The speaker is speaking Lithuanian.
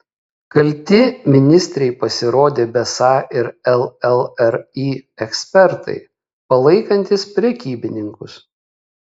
kalti ministrei pasirodė besą ir llri ekspertai palaikantys prekybininkus